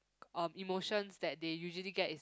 um emotions that they usually get is